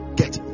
get